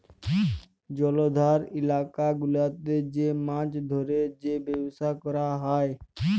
জলাধার ইলাকা গুলাতে যে মাছ ধ্যরে যে ব্যবসা ক্যরা হ্যয়